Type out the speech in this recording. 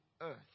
earth